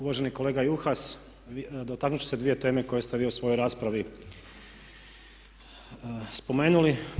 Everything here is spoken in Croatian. Uvaženi kolega Juhas dotaknut ću se dvije teme koje ste vi u svojoj raspravi spomenuli.